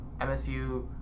MSU